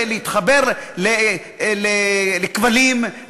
להתחבר לכבלים,